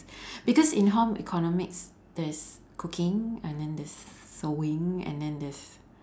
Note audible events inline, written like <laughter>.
<breath> because in home economics there's cooking and then there's sewing and then there's